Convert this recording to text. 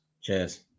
Cheers